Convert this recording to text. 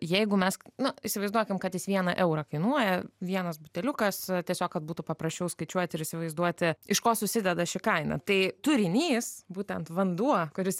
jeigu mes na įsivaizduokim kad jis vieną eurą kainuoja vienas buteliukas tiesiog kad būtų paprasčiau skaičiuoti ir įsivaizduoti iš ko susideda ši kaina tai turinys būtent vanduo kuris